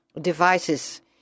devices